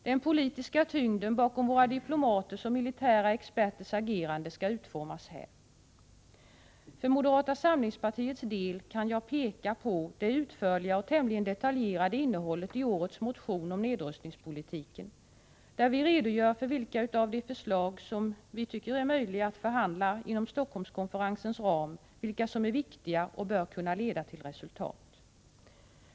Den politiska tyngden bakom våra diplomaters och militära experters agerande skall utformas här. För moderata samlingspartiets del kan jag peka på det utförliga och tämligen detaljerade innehållet i årets motion om nedrustningspolitiken där vi redogör för vilka utav de förslag, som är möjliga att behandla inom Stockholmskonferensens ram, som är viktiga och bör kunna leda till resultat.